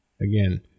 again